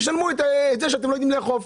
נשלם על כך שאתם לא יודעים לאכוף.